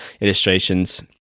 illustrations